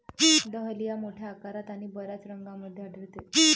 dahlia मोठ्या आकारात आणि बर्याच रंगांमध्ये आढळते